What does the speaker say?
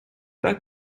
pas